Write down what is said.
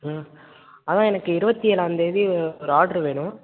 அதான் எனக்கு இருபத்தி ஏழாம்தேதி ஒரு ஆர்டர் வேணும்